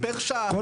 אבל רק שאלה פשוטה.